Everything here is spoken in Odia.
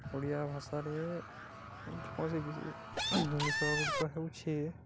ଓଡ଼ିଆ ଭାଷାରେ କୌଣସି ବି ଜିନିଷଗୁଡ଼ିକ ହେଉଛି